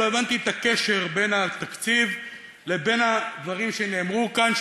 לא הבנתי את הקשר בין התקציב לבין הדברים שנאמרו כאן,